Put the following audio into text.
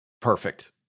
perfect